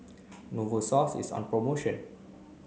Novosource is on promotion